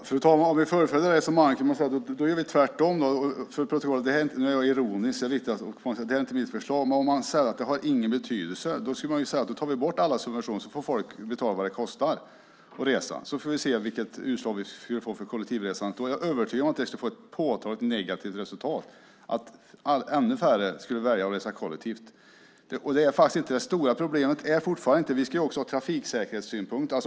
Fru talman! Om vi fullföljer resonemanget kan vi säga att vi gör tvärtom. Jag är inte ironisk. Det här är inte mitt förslag. Men om man säger att det inte har någon betydelse kan man ta bort alla subventioner så får folk betala vad det kostar att resa. Då får vi se vilket utslag vi skulle få på kollektivresandet. Jag är övertygad om att det skulle bli ett påtagligt negativt resultat. Ännu färre skulle välja att resa kollektivt. Vi ska också beakta trafiksäkerhetssynpunkter.